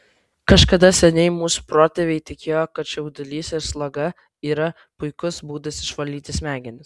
kažkada seniai mūsų protėviai tikėjo kad čiaudulys ir sloga yra puikus būdas išvalyti smegenis